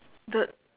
the